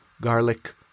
garlic